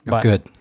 Good